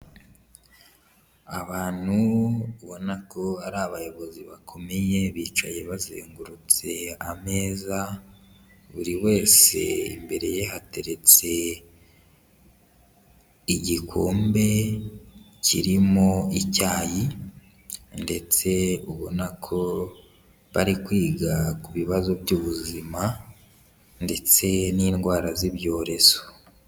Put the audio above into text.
Abantu ubona ko ari abayobozi bakomeye, bicaye bazengurutse ameza, buri wese imbere ye hateretse igikombe kirimo icyayi ndetse ubona ko bari kwiga ku bibazo by'ubuzima ndetse n'indwara z'ibyorezo.